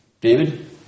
David